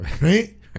right